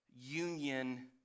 union